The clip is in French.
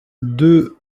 deux